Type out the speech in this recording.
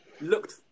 looked